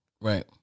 Right